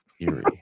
Eerie